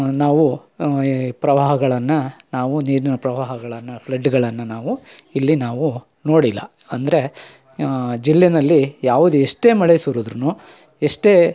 ನಾವು ಈ ಪ್ರವಾಹಗಳನ್ನು ನಾವು ನೀರಿನ ಪ್ರವಾಹಗಳನ್ನು ಫ್ಲಡ್ಗಳನ್ನು ನಾವು ಇಲ್ಲಿ ನಾವು ನೋಡಿಲ್ಲ ಅಂದರೆ ಜಿಲ್ಲೆನಲ್ಲಿ ಯಾವ್ದು ಎಷ್ಟೇ ಮಳೆ ಸುರಿದ್ರು ಎಷ್ಟೇ